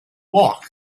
walk